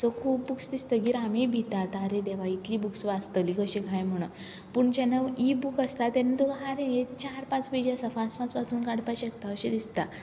so खूब books दिसतकीर आमी भितात आरे देवा इतली बूक्स वाचतली कशी काय म्हुणोन पूण जेन्ना इ बूक आसता तेन्ना आरे चार पांच पेजी आसा फास्ट फास्ट वाचून काडपा शकता अशें दिसता